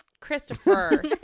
Christopher